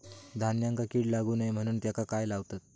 धान्यांका कीड लागू नये म्हणून त्याका काय लावतत?